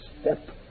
Step